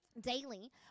daily